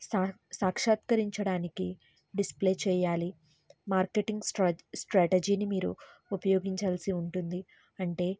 సా సాక్షాత్కరించడానికి డిస్ప్లే చెయ్యాలి మార్కెటింగ్ స్ట్రే స్ట్రాటజీని మీరు ఉపయోగించాల్సి ఉంటుంది అంటే